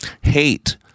hate